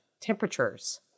temperatures